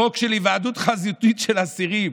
החוק של היוועדות חזותית של אסירים,